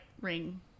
ring